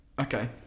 Okay